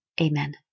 Amen